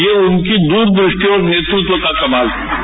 ये उनकी दूरदृष्टीऔर नेतृत्व का कमाल है